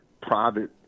private